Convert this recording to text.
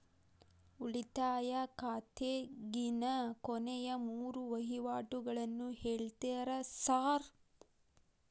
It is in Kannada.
ಉಳಿತಾಯ ಖಾತ್ಯಾಗಿನ ಕೊನೆಯ ಮೂರು ವಹಿವಾಟುಗಳನ್ನ ಹೇಳ್ತೇರ ಸಾರ್?